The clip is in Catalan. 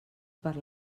per